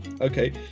okay